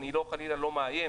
חלילה אני לא מאיים,